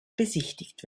besichtigt